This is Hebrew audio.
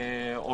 או